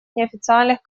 неофициальных